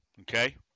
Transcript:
okay